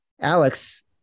Alex